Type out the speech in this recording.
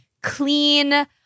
clean